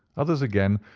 others, again,